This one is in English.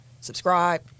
subscribe